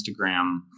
instagram